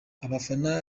abafana